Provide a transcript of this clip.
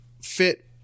fit